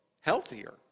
healthier